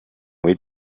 with